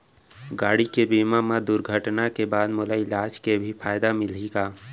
गाड़ी के बीमा मा दुर्घटना के बाद मोला इलाज के भी फायदा मिलही का?